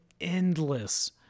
endless